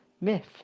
myth